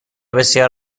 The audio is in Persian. بسیار